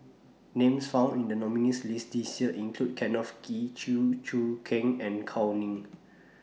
Names found in The nominees' list This Year include Kenneth Kee Chew Choo Keng and Gao Ning